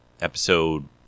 episode